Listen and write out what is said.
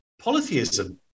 polytheism